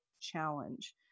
challenge